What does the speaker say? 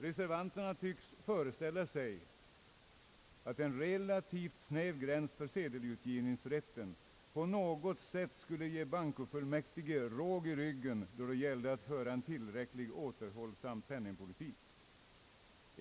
Reservanterna tycks föreställa sig att en relativt snäv gräns för sedelutgivningsrätten på något sätt skulle ge bankofullmäktige råg i ryggen då det gällde att föra en tillräckligt återhållsam penningpolitik.